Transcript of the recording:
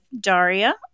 Daria